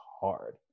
hard